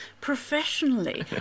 professionally